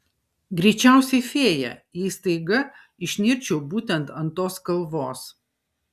greičiausiai fėja jei staiga išnirčiau būtent ant tos kalvos